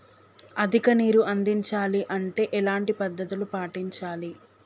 అధిక నీరు అందించాలి అంటే ఎలాంటి పద్ధతులు పాటించాలి?